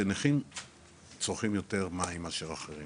שנכים צורכים יותר מים מאשר אחרים,